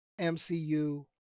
MCU